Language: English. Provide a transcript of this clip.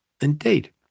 Indeed